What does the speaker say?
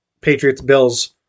Patriots-Bills